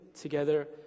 together